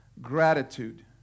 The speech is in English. gratitude